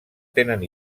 tenen